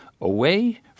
away